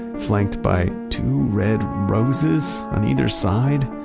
flanked by two red roses on either side,